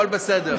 הכול בסדר.